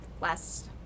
last